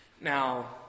now